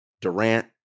Durant